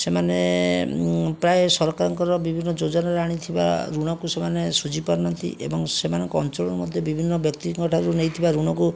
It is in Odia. ସେମାନେ ପ୍ରାୟ ସରକାରଙ୍କର ବିଭିନ୍ନ ଯୋଜନାରେ ଆଣିଥିବା ଋଣକୁ ସେମାନେ ଶୁଝି ପାରୁନାହାନ୍ତି ଏବଂ ସେମାନଙ୍କ ଅଞ୍ଚଳରେ ମଧ୍ୟ ବିଭିନ୍ନ ବ୍ୟକ୍ତିଙ୍କଠାରୁ ନେଇଥିବା ଋଣକୁ